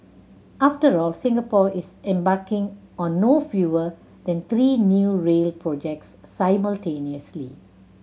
after all Singapore is embarking on no fewer than three new rail projects simultaneously